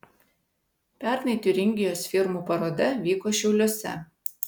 pernai tiuringijos firmų paroda vyko šiauliuose